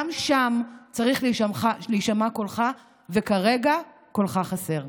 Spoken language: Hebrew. גם שם צריך להישמע קולך, וכרגע קולך חסר.